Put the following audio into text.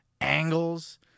angles